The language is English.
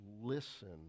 listen